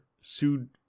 sued